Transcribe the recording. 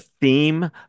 theme